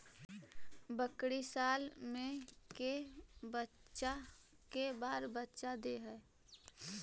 बकरी साल मे के बार बच्चा दे है?